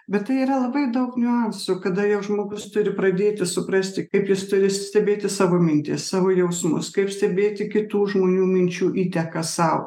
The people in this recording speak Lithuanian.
bet tai yra labai daug niuansų kada jau žmogus turi pradėti suprasti kaip jis turi stebėti savo mintis savo jausmus kaip stebėti kitų žmonių minčių įtaką sau